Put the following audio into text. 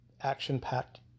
action-packed